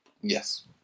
Yes